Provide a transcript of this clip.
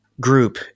group